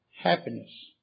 happiness